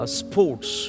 sports